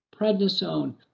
prednisone